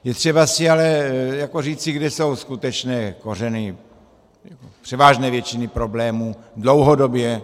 Je třeba si ale říci, kde jsou skutečné kořeny převážné většiny problémů dlouhodobě.